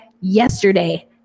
yesterday